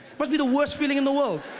must be the worst feeling in the world.